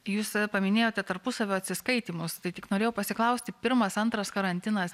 jūs paminėjote tarpusavio atsiskaitymus tai tik norėjau pasiklausti pirmas antras karantinas